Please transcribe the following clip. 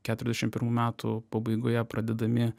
keturiasdešim pirmų metų pabaigoje pradedami